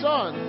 Son